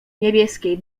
niebieskiej